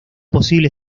posible